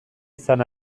izan